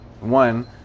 one